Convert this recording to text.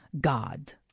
God